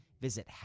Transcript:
Visit